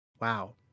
Wow